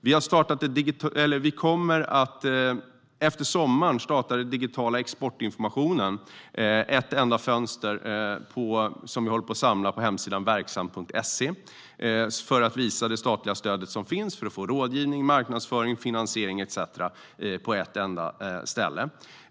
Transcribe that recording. Vi kommer efter sommaren att starta den digitala exportinformationen, ett enda fönster vi håller på att samla på hemsidan verksam.se, för att visa det statliga stöd som finns för att få rådgivning, marknadsföring, finansiering etcetera på ett enda ställe.